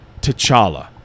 T'Challa